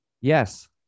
Yes